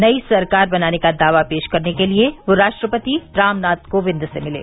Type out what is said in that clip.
नई सरकार बनाने का दावा पेश करने के लिए वे राष्ट्रपति रामनाथ कोविंद से मिले